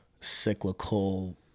cyclical